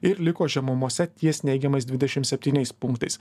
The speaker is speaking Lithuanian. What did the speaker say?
ir liko žemumose ties neigiamais dvidešim septyniais punktais